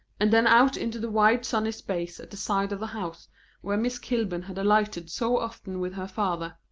and then out into the wide sunny space at the side of the house where miss kilburn had alighted so often with her father.